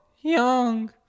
Young